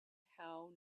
how